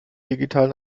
digitalen